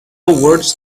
words